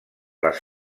les